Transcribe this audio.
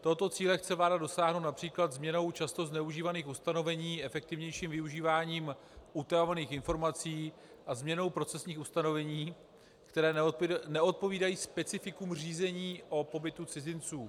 Tohoto cíle chce vláda dosáhnout například změnou často zneužívaných ustanovení, efektivnějším využíváním utajovaných informací a změnou procesních ustanovení, která neodpovídají specifikům řízení o pobytu cizinců.